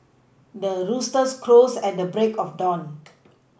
the rooster crows at the break of dawn